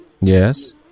Yes